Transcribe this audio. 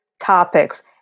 topics